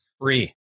Free